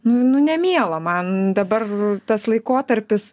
nu nu nemiela man dabar tas laikotarpis